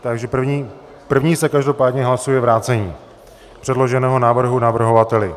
Takže první se každopádně hlasuje vrácení předloženého návrhu navrhovateli.